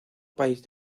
país